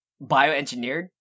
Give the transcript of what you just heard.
bioengineered